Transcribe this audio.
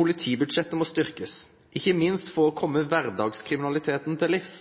politibudsjettet må styrkes, ikke minst for å komme hverdagskriminaliteten til livs.